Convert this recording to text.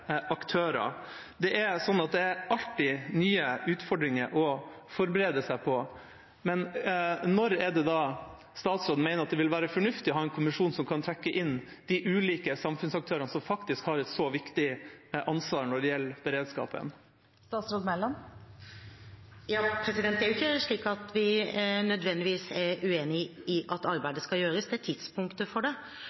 aktører. Det er alltid nye utfordringer å forberede seg på. Når er det statsråden mener det vil være fornuftig å ha en kommisjon som kan trekke inn de ulike samfunnsaktørene som faktisk har et så viktig ansvar når det gjelder beredskapen? Det er jo ikke slik at vi nødvendigvis er uenig i at